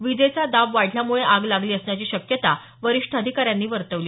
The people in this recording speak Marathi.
विजेचा दाब वाढल्यामुळे आग लागली असण्याची शक्यता वरिष्ठ अधिकाऱ्यानं वर्तविली